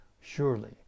surely